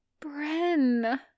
Bren